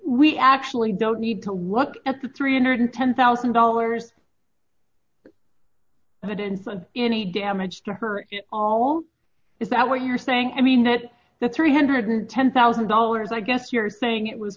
we actually don't need to look at the three hundred and ten thousand dollars i didn't find any damage to her all is that what you're saying i mean that that three hundred and ten thousand dollars i guess you're saying it was